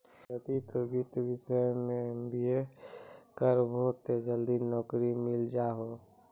यदि तोय वित्तीय विषय मे एम.बी.ए करभो तब जल्दी नैकरी मिल जाहो